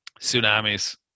Tsunamis